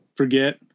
Forget